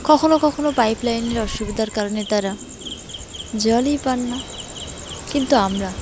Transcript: কখনও কখনও পাইপলাইনের অসুবিধার কারণে তারা জলই পান না কিন্তু আমরা